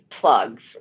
plugs